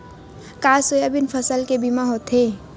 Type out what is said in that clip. का सोयाबीन फसल के बीमा होथे?